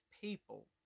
people